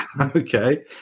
Okay